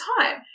time